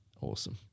Awesome